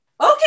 okay